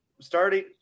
starting